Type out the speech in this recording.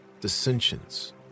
dissensions